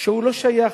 שלא שייך,